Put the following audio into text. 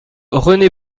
rené